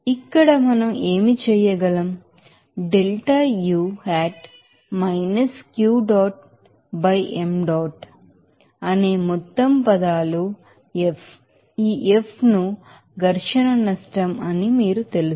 కాబట్టి ఇక్కడ మనం ఏమి చేయగలం delta U hat Q dot by M dot అనే మొత్తం పదాలు F ఈ F ను ఫ్రిక్షన్ లాస్ అని మీకు తెలుసు